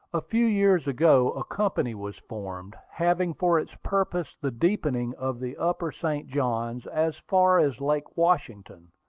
a few years ago a company was formed, having for its purpose the deepening of the upper st. johns as far as lake washington,